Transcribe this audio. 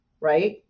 right